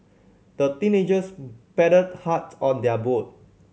the teenagers paddled hard on their boat